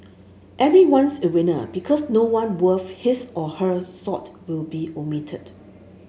everyone's a winner because no one worth his or her salt will be omitted